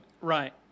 Right